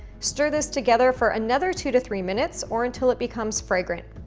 stir this together for another two to three minutes or until it becomes fragrant.